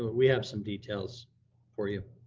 we have some details for you.